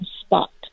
spot